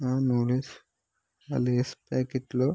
ఆ noodles Lay's ప్యాకెట్లో